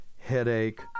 headache